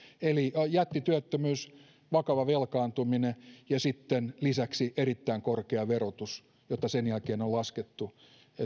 eli oli jättityöttömyys vakava velkaantuminen ja sitten lisäksi erittäin korkea verotus jota sen jälkeen on on laskettu